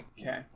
Okay